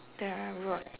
the road